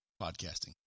podcasting